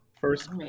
First